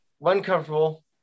uncomfortable